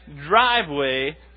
driveway